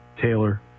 Taylor